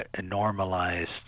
normalized